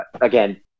again